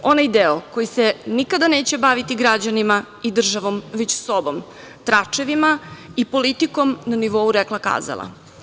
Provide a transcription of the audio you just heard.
Onaj deo koji se nikada neće baviti građanima i državom već sobom, tračevima i politikom na nivou rekla - kazala.